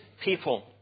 people